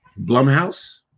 Blumhouse